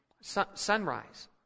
sunrise